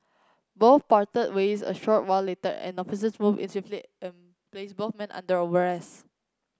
both parted ways a short while later and officers moved in swiftly and placed both men under arrest